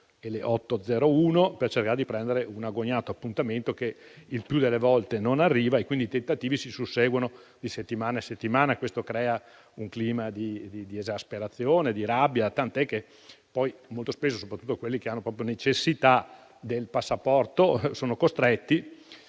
le ore 8,01 per cercare di prendere un agognato appuntamento, che il più delle volte non arriva; pertanto, i tentativi si susseguono di settimana in settimana. Ciò crea un clima di esasperazione e di rabbia, tant'è che, poi, molto spesso, soprattutto chi ha proprio necessità del passaporto è costretto